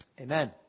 Amen